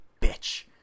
bitch